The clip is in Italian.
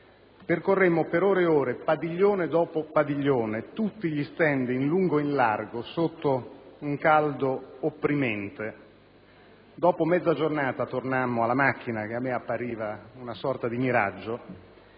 Percorremmo per ore e ore padiglione dopo padiglione tutti gli *stand* in lungo e in largo sotto un caldo opprimente. Dopo mezza giornata tornammo alla macchina, che a me appariva una sorta di miraggio,